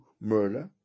murder